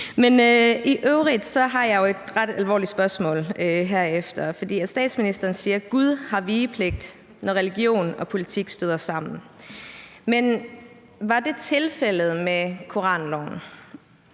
Men i øvrigt har jeg jo et ret alvorligt spørgsmål herefter. For statsministeren siger, at Gud har vigepligt, når religion og politik støder sammen. Men var det tilfældet med koranloven?